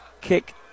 kick